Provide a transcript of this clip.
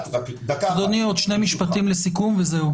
עוד שני משפטים לסיכום וזהו.